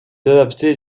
adapté